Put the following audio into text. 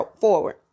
forward